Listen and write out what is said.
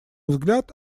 взгляд